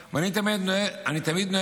ואני תמיד נוהג,